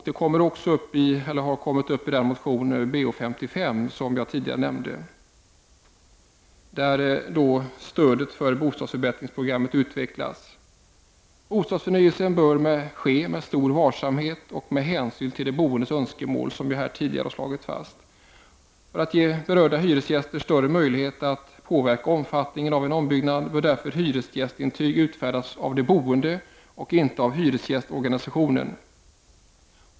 Det har också tagits upp i den motion, Bo55, som jag tidigare nämnde. I denna utvecklas frågan om stödet för bostadsförbättringsprogrammet. Bostadsförnyelsen bör ske med stor varsamhet och med hänsyn till de boendes önskemål, som vi här tidigare har slagit fast. För att ge berörda hyresgäster större möjlighet att påverka omfattningen av en ombyggnad bör därför hyresgästintyg utfärdas av de boende och inte av hyresgästorganisationen.